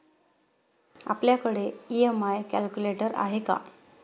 आपल्याकडे EMI calculator आहे का?